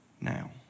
now